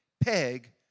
Peg